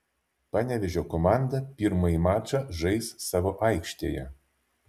panevėžio komanda pirmąjį mačą žais savo aikštėje